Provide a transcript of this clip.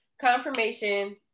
Confirmation